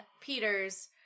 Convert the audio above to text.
Peter's